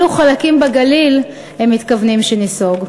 מאילו חלקים בגליל הם מתכוונים שניסוג?